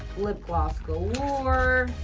lip gloss galore.